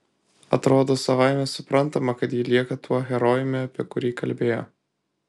atrodo savaime suprantama kad ji lieka tuo herojumi apie kurį kalbėjo